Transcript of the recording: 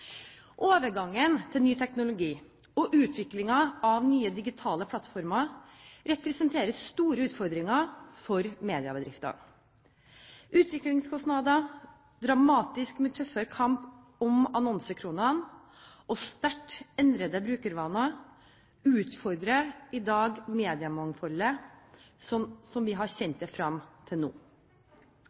Overgangen til ny teknologi og utvikling av nye digitale plattformer representerer store utfordringer for mediebedriftene. Utviklingskostnader, dramatisk tøffere kamp om annonsekronene og sterkt endrede brukervaner utfordrer i dag mediemangfoldet som vi har kjent det frem til nå.